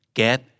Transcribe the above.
get